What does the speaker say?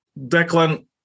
Declan